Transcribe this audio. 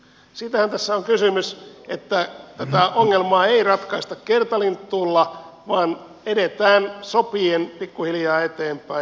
siitähän tässä on kysymys että tätä ongelmaa ei ratkaista kertalinttuulla vaan edetään sopien pikkuhiljaa eteenpäin